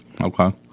Okay